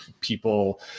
people